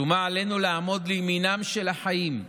שומה עלינו לעמוד לימינם של החיים,